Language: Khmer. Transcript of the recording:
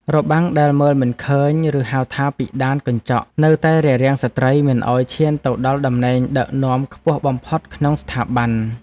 របាំងដែលមើលមិនឃើញឬហៅថាពិដានកញ្ចក់នៅតែរារាំងស្ត្រីមិនឱ្យឈានទៅដល់តំណែងដឹកនាំខ្ពស់បំផុតក្នុងស្ថាប័ន។